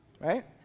Right